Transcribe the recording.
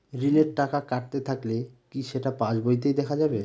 ঋণের টাকা কাটতে থাকলে কি সেটা পাসবইতে দেখা যাবে?